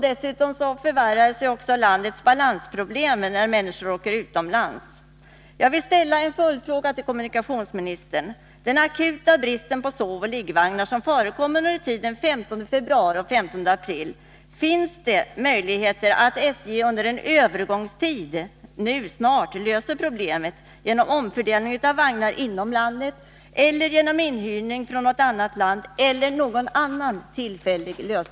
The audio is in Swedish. Dessutom förvärras landets balansproblem när människor åker utomlands.